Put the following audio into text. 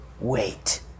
Wait